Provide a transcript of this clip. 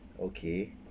okay